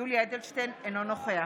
יולי יואל אדלשטיין, אינו נוכח